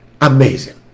amazing